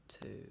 two